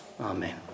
Amen